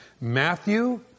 Matthew